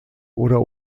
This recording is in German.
oder